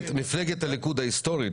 מפלגה הליכוד ההיסטורית,